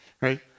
right